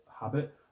habit